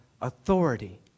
authority